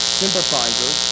sympathizer